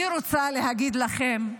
אני רוצה להגיד לכם,